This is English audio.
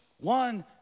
one